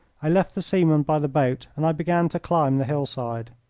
i left the seaman by the boat and i began to climb the hillside.